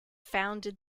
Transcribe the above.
founded